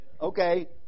Okay